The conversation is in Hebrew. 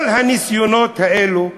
כל הניסיונות האלה,